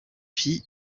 pis